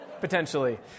potentially